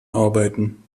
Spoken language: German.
arbeiten